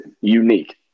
unique